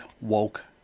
woke